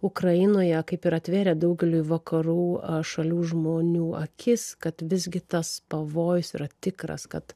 ukrainoje kaip ir atvėrė daugeliui vakarų šalių žmonių akis kad visgi tas pavojus yra tikras kad